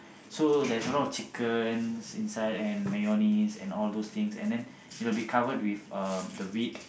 so there's a lot of chickens inside and mayonnaise and all those things and then it will be covered with uh the wheat